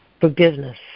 Forgiveness